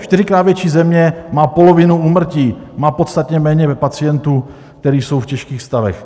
Čtyřikrát větší země má polovinu úmrtí, má podstatně méně pacientů, kteří jsou v těžkých stavech.